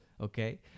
okay